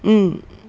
mm